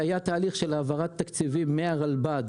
כשהיה תהליך של העברת תקציבים מהרלב"ד